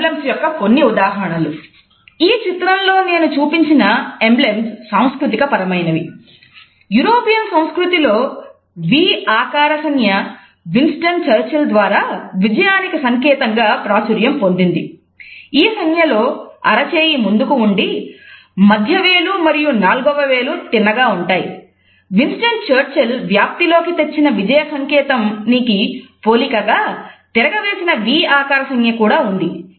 ఇవి ఎంబ్లెమ్స్ వ్యాప్తిలోకి తెచ్చిన విజయ సంకేతానికి పోలికగా తిరగ వేసిన V ఆకార సంజ్ఞ కూడా ఉంది